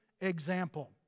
example